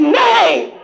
name